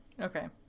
okay